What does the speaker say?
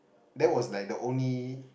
then was like the only